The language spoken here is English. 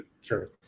Sure